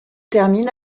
termine